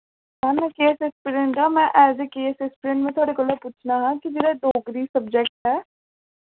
ma'am मैं के as aspirants आं मैं ऐज ए ऐस्पीरैंट में थोआढ़े कोला पुच्छना हा कि जेह्ड़ा डोगरी सब्जैक्ट ऐ